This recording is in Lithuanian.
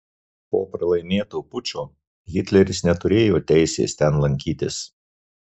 po pralaimėto pučo hitleris neturėjo teisės ten lankytis